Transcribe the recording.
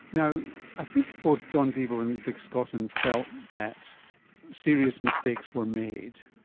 you know i think both john deeble and dick scotton felt that serious mistakes were made,